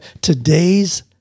today's